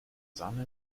sahne